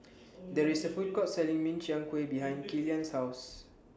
There IS A Food Court Selling Min Chiang Kueh behind Killian's House